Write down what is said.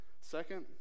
Second